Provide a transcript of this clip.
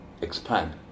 expand